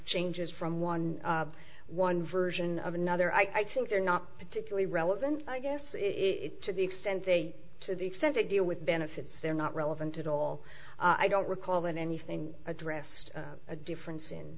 changes from one one version of another i think they're not particularly relevant i guess it's to the extent to the extent they deal with benefits they're not relevant at all i don't recall that anything addressed a difference in